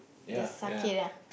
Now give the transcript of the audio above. the sake yeah